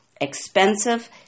expensive